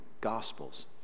gospels